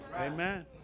amen